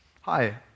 Hi